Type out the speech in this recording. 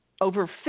Over